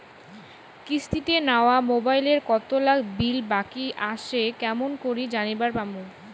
কিস্তিতে নেওয়া মোবাইলের কতোলা বিল বাকি আসে কেমন করি জানিবার পামু?